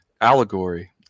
allegory